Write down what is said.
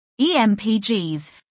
EMPGs